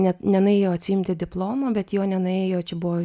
net nenuėjo atsiimti diplomo bet jo nenuėjo čia buvo